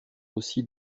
aussi